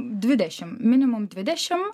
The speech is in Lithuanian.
dvidešim minimum dvidešim